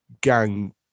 gang